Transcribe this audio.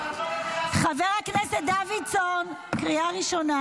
חבר הכנסת דוידסון, קריאה ראשונה.